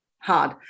hard